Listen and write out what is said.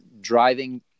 driving